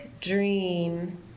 dream